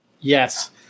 Yes